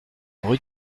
rue